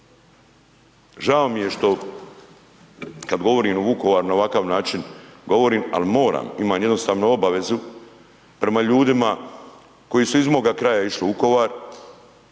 Žao mi je što kad govorim o Vukovaru na ovakav način govorim, ali moram imam jednostavno obavezu prema ljudima koji su iz mog kraja išli u Vukovar